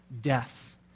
death